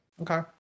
Okay